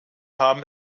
haben